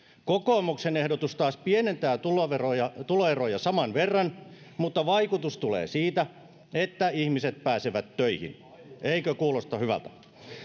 kokoomuksen ehdotus taas pienentää tuloeroja tuloeroja saman verran mutta vaikutus tulee siitä että ihmiset pääsevät töihin eikö kuulosta hyvältä